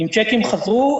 אם צ'קים חזרו,